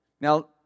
Now